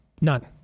None